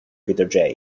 peter